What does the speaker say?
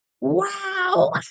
wow